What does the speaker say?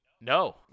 no